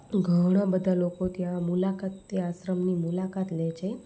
ઘણાબધા લોકો ત્યાં મુલાકાત તે આશ્રમની મુલાકાત લે છે